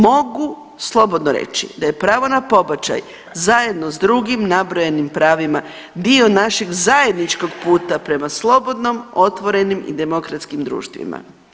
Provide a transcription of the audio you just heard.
Mogu slobodno reći da je pravo na pobačaj zajedno s drugim nabrojenim pravima dio našeg zajedničkog puta prema slobodnom, otvorenim i demokratskim društvima.